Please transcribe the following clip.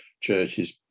churches